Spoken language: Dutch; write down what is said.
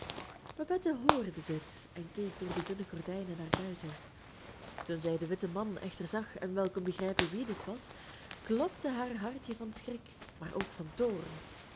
babette hoorde dit en keek door de dunne gordijnen naar buiten toen zij den witten man echter zag en wel kon begrijpen wie dit was klopte haar hartje van schrik maar ook van toorn